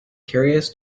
curious